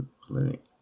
Clinic